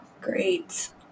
Great